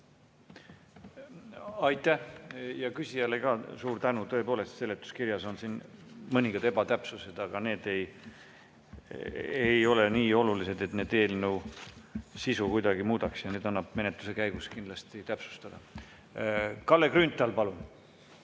Aitäh ja küsijale ka suur tänu! Tõepoolest, seletuskirjas on siin mõningad ebatäpsused, aga need ei ole nii olulised, et need eelnõu sisu kuidagi muudaks ja neid annab menetluse käigus kindlasti täpsustada. Kalle Grünthal, palun!